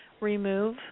Remove